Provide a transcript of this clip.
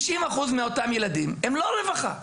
90% מאותם ילדים הם לא רווחה.